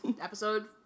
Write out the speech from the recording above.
episode